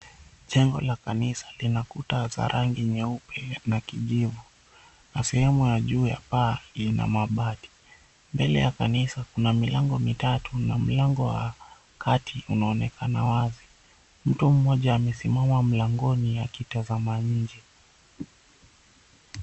Jengo la kanisa lina kuta za rangi nyeupe na kijivu na sehemu ya juu ya paa ina mabati, mbele ya kanisa kuna milango mitatu na mlango wa kati unaonekana wazi. Mtu mmoja amesimama mlangoni akitazama nje.